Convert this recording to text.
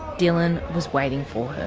dylan was waiting for her.